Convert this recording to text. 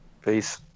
Peace